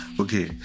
Okay